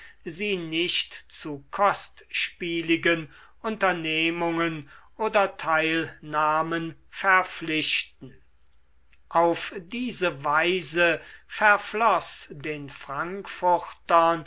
sie nicht zu kostspieligen unternehmungen oder teilnahmen verpflichten auf diese weise verfloß den frankfurtern